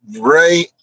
right